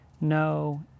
no